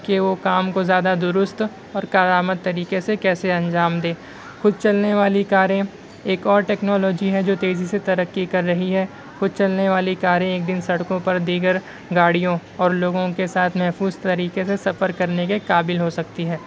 کہ وہ کام کو زیادہ درست اور کارآمد طریقے سے کیسے انجام دے خود چلنے والی کاریں ایک اور ٹیکنالوجی ہے جو تیزی سے ترقی کر رہی خود چلنے والی کاریں ایک دن سڑکوں پر دیگر گاڑیوں اور لوگوں کے ساتھ محفوظ طریقے سے سفر کرنے کے قابل ہو سکتی ہے